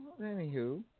anywho